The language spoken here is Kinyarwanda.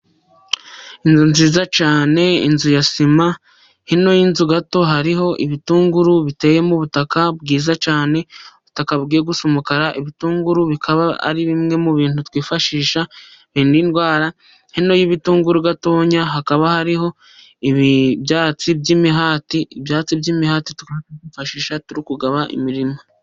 Inzu nziza cyane, inzu ya sima. Hino y'inzu gato hariho ibitunguru biteye mu butaka bwiza cyane, ubutaka bugiye gusa umukara. Ibitunguru bikaba ari bimwe mu bintu twifashisha birinda indwara. Hino y'ibitunguru gatoya hakaba hariho ibyatsi by'imihati, ibyatsi by'imihati tukaba tubyifashisha turi kugaba imirima.